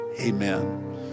Amen